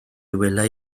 welai